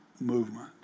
movement